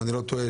אם אינני טועה,